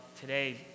today